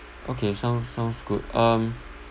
okay sounds sounds good um